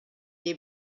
est